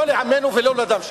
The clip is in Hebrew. לא לעמנו ולא לדם שלו,